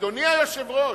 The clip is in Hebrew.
אדוני היושב-ראש,